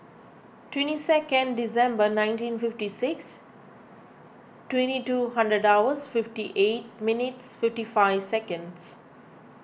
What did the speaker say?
twenty second December nineteen fifty six twenty two hundred hours fifty eight minutes fifty five seconds